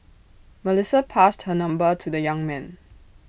Melissa passed her number to the young man